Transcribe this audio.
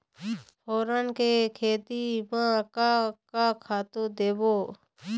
फोरन के खेती म का का खातू देबो?